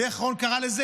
ואיך רון קרא לזה?